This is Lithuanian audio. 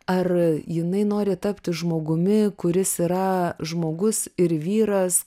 ar jinai nori tapti žmogumi kuris yra žmogus ir vyras